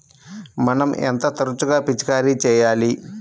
మనం ఎంత తరచుగా పిచికారీ చేయాలి?